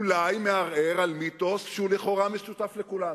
אולי מערער על מיתוס שהוא לכאורה משותף לכולנו.